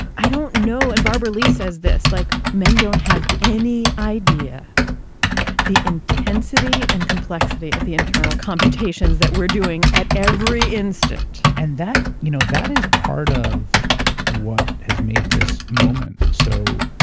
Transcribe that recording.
i don't know and barbara lee says this, like, men don't have any idea the intensity and complexity of the internal computations that we're doing at every instant. and that, you know, that is part of what has made this moment so